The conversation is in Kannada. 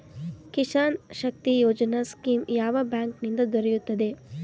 ಕಿಸಾನ್ ಶಕ್ತಿ ಯೋಜನಾ ಸ್ಕೀಮ್ ಯಾವ ಬ್ಯಾಂಕ್ ನಿಂದ ದೊರೆಯುತ್ತದೆ?